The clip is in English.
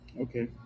Okay